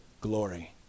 glory